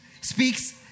speaks